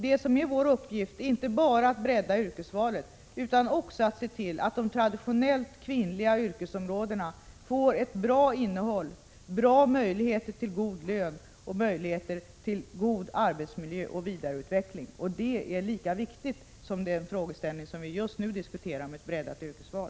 Det som är vår uppgift är inte bara att bredda yrkesvalet, utan också att se till att de traditionellt kvinnliga yrkesområdena får ett bra innehåll, bra möjligheter till god lön och möjligheter till god arbetsmiljö och vidareutveckling. Det är lika viktigt som den frågeställning vi just nu diskuterar om ett breddat yrkesval.